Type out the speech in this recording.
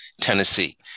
Tennessee